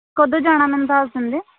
ਕਦੋਂ ਜਾਣਾ ਮੈਨੂੰ ਦੱਸ ਦਿੰਦੇ